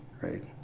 right